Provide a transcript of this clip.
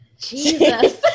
Jesus